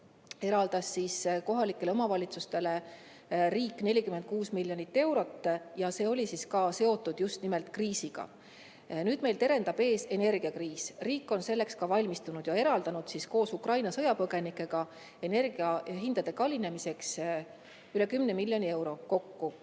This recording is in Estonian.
eraldas riik kohalikele omavalitsustele 46 miljonit eurot ja see oli ka seotud just nimelt kriisiga. Nüüd meil terendab ees energiakriis. Riik on selleks ka valmistunud ja eraldanud koos Ukraina sõjapõgenike [toetusega] energiahindade kallinemise tõttu kokku